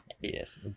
Yes